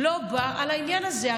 לא בא על העניין הזה.